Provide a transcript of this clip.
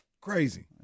Crazy